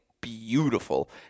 beautiful